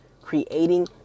creating